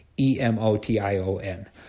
E-M-O-T-I-O-N